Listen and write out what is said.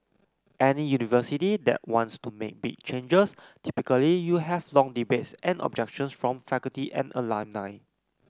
any university that wants to make big changes typically you have long debates and objections from faculty and alumni